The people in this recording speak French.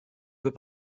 peut